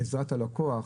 לעזרת הלקוח,